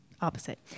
opposite